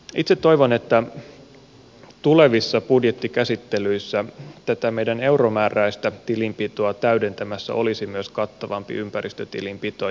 itse toivon että tulevissa budjettikäsittelyissä tätä meidän euromääräistä tilinpitoamme täydentämässä olisi myös kattavampi ympäristötilinpito